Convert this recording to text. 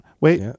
Wait